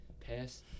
pass